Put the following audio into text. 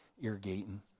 irrigating